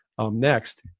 next